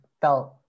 felt